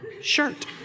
shirt